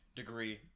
degree